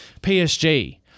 PSG